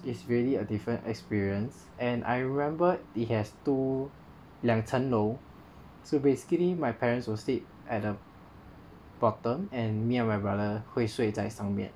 it's really a different experience and I remember it has two 两层楼 so basically my parents will stay at the bottom and me and my brother 会睡在上面